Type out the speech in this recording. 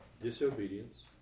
Disobedience